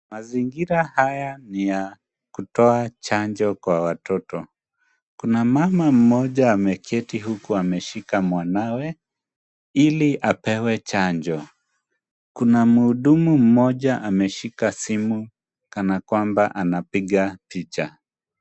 Mazingira haya ni ya kutoa chanjo kwa watoto. Kuna mama mmoja ameketi huku ameshika mwanawe ili apewe chanjo. Kuna mhudumu mmoja ameshika simu kana kwamba anapiga picha.